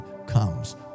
comes